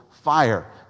fire